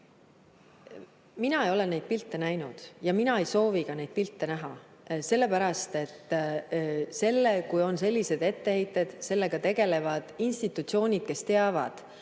Mina ei ole neid pilte näinud ja mina ei soovi ka neid pilte näha. Sellepärast et kui on sellised etteheited, siis sellega tegelevad institutsioonid, kes oskavad